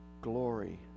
glory